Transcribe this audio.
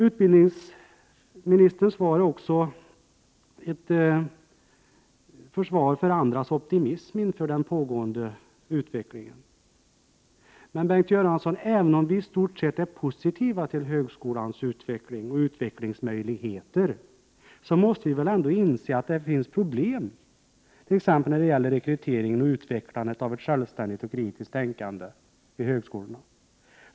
Utbildningsministerns svar är också ett försvar för andras optimism inför den pågående utvecklingen. Men, Bengt Göransson, även om vii stort sett är positiva till högskolans utveckling och utvecklingsmöjligheter, måste vi inse att det finns problem, t.ex. beträffande rekryteringen och utvecklandet av ett självständigt och kritiskt tänkande vid högskolorna.